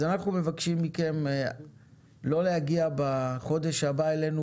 אז אנחנו מבקשים מכם לא להגיע בחודש הבא אלינו